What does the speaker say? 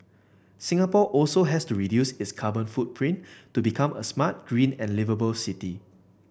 Singapore also has to reduce its carbon footprint to become a smart green and liveable city